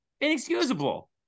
inexcusable